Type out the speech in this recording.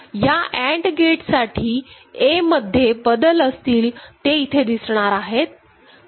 ह्या and gate साठी A मध्ये बदल असतील ते इथे दिसणार आहेत